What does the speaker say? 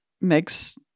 makes